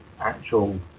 actual